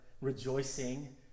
rejoicing